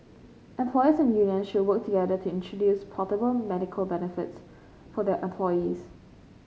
employers and union should work together to introduce portable medical benefits for their employees